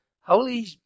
Holy